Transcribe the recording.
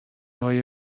های